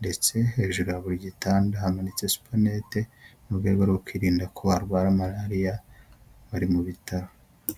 ndetse hejuru ya buri gitanda habonetse supanete mu rwego rwo kwirinda ko barwara malariya, bari mu bitaro.